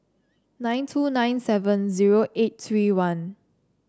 nine two nine seven zero eight three one